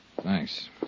Thanks